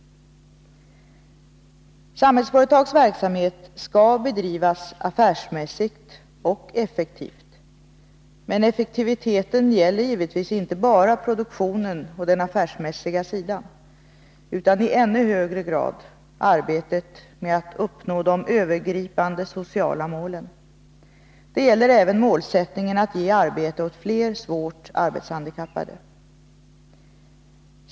Samhällsföretags verksamhet skall bedrivas affärsmässigt och effektivt. Men effektiviteten gäller givetvis inte bara produktionen och den affärsmässiga sidan, utan i ännu högre grad arbetet med att uppnå de övergripande sociala målen. Det gäller även målsättningen att ge arbete åt fler svårt arbetshandikappade.